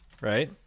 right